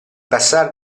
passare